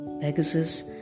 Pegasus